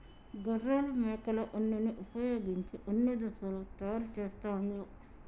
గొర్రెలు మేకల ఉన్నిని వుపయోగించి ఉన్ని దుస్తులు తయారు చేస్తాండ్లు